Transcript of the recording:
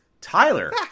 Tyler